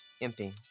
Empty